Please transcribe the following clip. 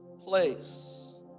place